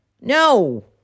No